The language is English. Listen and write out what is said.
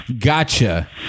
Gotcha